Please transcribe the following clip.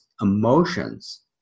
emotions